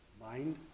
Mind